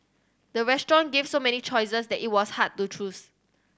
the restaurant gave so many choices that it was hard to choose